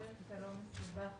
זה לא מסובך.